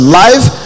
life